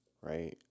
right